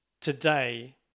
Today